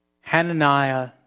Hananiah